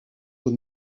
aux